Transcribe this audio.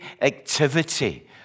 activity